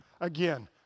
again